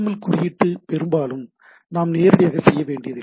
L குறியீட்டு பெரும்பாலும் நாம் நேரடியாக செய்ய வேண்டியதில்லை